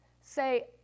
say